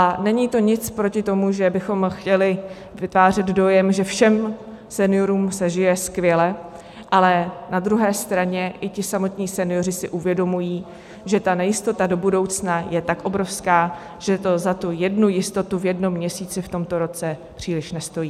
A není to nic proti tomu, že bychom chtěli vytvářet dojem, že všem seniorům se žije skvěle, ale na druhé straně i ti samotní senioři si uvědomují, že ta nejistota do budoucna je tak obrovská, že to za tu jednu jistotu v jednom měsíci v tomto roce příliš nestojí.